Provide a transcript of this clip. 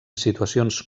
situacions